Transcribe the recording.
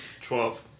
Twelve